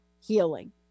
healing